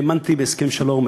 האמנתי בהסכם שלום,